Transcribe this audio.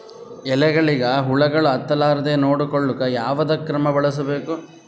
ಎಲೆಗಳಿಗ ಹುಳಾಗಳು ಹತಲಾರದೆ ನೊಡಕೊಳುಕ ಯಾವದ ಕ್ರಮ ಬಳಸಬೇಕು?